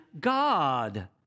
God